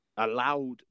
Allowed